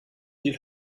viel